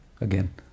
Again